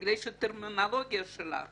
מפני שהטרמינולוגיה שלה